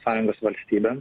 sąjungos valstybėms